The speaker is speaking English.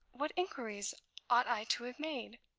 what inquiries ought i to have made?